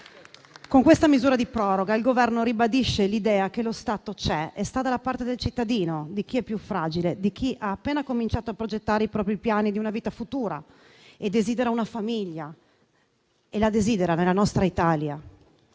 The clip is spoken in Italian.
Con questa misura di proroga, il Governo ribadisce l’idea che lo Stato c’è e sta dalla parte del cittadino, di chi è più fragile, di chi ha appena cominciato a progettare i propri piani di vita futura, desidera una famiglia e la desidera nella nostra Italia.